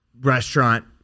restaurant